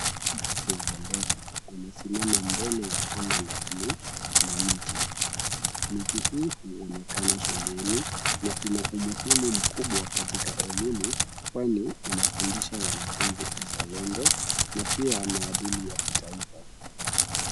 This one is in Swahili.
Urefu wa bendera umesimama mbele ya anga la bluu na miti, miti hii huonekana shuleni na ina umuhimu mkubwa katika elimu kwani inafundisha wanafunzi uzalendo na pia maadili ya kitaifa.